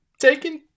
taking